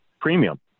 premium